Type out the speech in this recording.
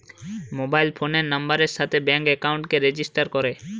mobile ফোনের নাম্বারের সাথে ব্যাঙ্ক একাউন্টকে রেজিস্টার করে